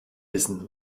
wissen